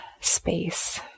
space